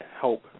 help